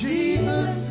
Jesus